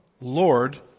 Lord